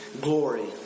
glory